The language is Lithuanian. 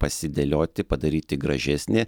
pasidėlioti padaryti gražesnį